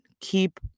Keep